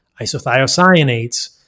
isothiocyanates